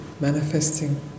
manifesting